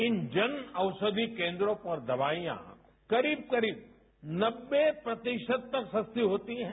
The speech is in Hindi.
इन जन औषधि केन्द्रों पर दवाईयां करीब करीब नव्वे प्रतिशत तक सस्ती होती हैं